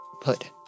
Put